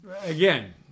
Again